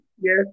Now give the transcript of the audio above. Yes